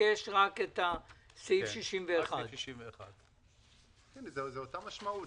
מבקש רק אישור לעניין סעיף 61. זה אותה משמעות.